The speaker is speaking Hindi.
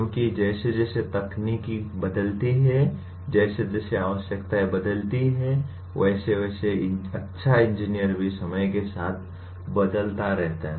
क्योंकि जैसे जैसे तकनीक बदलती है जैसे जैसे आवश्यकताएं बदलती हैं वैसे वैसे अच्छा इंजीनियर भी समय के साथ बदलता रहता है